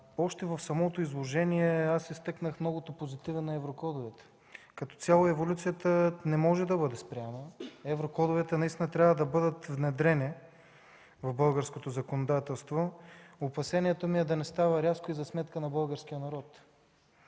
още в самото изложение изтъкнах многото позитиви на еврокодовете. Като цяло еволюцията не може да бъде спряна – еврокодовете трябва да бъдат внедрени в българското законодателство. Опасението ми е да не става рязко и за сметка на българския народ